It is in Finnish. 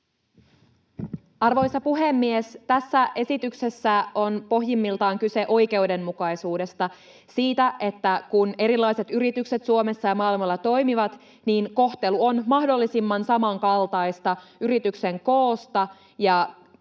Arvoisa puhemies! Tässä esityksessä on pohjimmiltaan kyse oikeudenmukaisuudesta, siitä, että kun erilaiset yritykset Suomessa ja maailmalla toimivat, niin kohtelu on mahdollisimman samankaltaista yrityksen koosta